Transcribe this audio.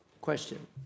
Question